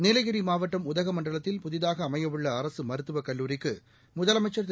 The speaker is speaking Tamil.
நீலகிரி மாவட்டம் உதகமண்டலத்தில் புதிதாக அமையவுள்ள அரசு மருத்துவக் கல்லூரிக்கு முதலமைச்சள் திரு